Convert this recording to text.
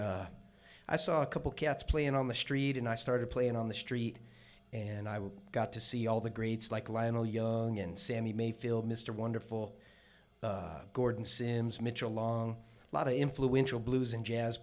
i saw a couple cats playing on the street and i started playing on the street and i got to see all the greats like lionel young and sammy mayfield mr wonderful gordon sins mitchell long lot of influential blues and jazz